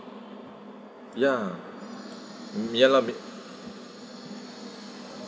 ya mm ya lor